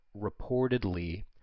reportedly